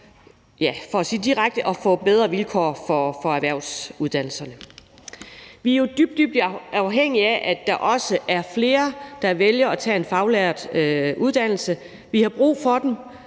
for at sige det direkte – at få bedre vilkår for erhvervsuddannelserne. Vi er jo dybt, dybt afhængige af, at der er flere, der vælger at tage en faglært uddannelse. Vi har brug for dem,